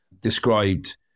described